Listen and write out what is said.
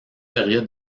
période